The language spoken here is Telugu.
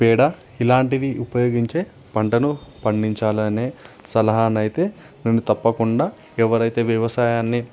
పేడ ఇలాంటివి ఉపయోగించే పంటను పండించాలననే సలహానయితే నేను తప్పకుండా ఎవరైతే వ్యవసాయాన్ని